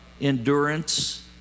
endurance